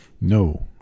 No